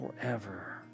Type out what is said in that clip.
forever